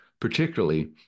particularly